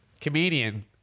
comedian